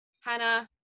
Hannah